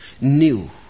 New